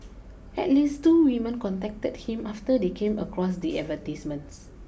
at least two women contacted him after they came across the advertisements